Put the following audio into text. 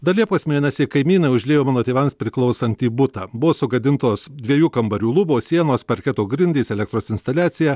dar liepos mėnesį kaimynai užliejo mano tėvams priklausantį butą buvo sugadintos dviejų kambarių lubos sienos parketo grindys elektros instaliacija